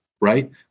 right